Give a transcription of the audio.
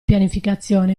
pianificazione